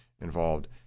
involved